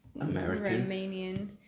Romanian